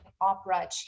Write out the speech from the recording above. opera